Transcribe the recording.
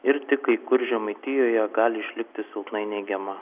ir tik kai kur žemaitijoje gali išlikti silpnai neigiama